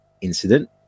incident